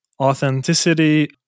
authenticity